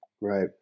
Right